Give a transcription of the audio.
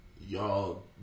Y'all